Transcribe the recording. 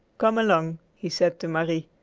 come along, he said to marie.